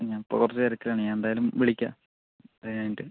അത് ഞാൻ ഇപ്പോൾ കുറച്ച് തിരക്കിലാണ് ഞാൻ എന്തായാലും വിളിക്കാം അതു കഴിഞ്ഞിട്ട്